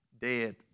dead